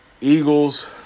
Eagles